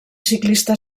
ciclista